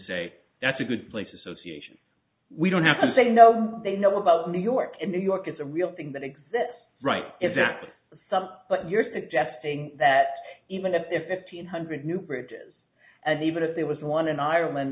say that's a good place association we don't have to say no they know about new york and new york it's a real thing that exists right if that stuff but you're suggesting that even if they're fifteen hundred new bridges and even if there was one in ireland